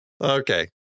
Okay